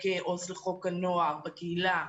או כעובדת סוציאלית לחוק הנוער בקהילה,